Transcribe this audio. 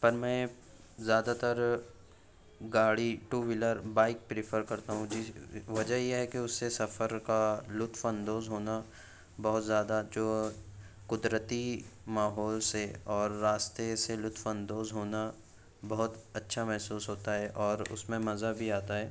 پر میں زیادہ تر گاڑی ٹو ویلر بائک پریفر کرتا ہوں وجہ یہ ہے کہ اس سے سفر کا لطف اندوز ہونا بہت زیادہ جو قدرتی ماحول سے اور راستے سے لطف اندوز ہونا بہت اچّھا محسوس ہوتا ہے اور اس میں مزہ بھی آتا ہے